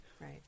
Right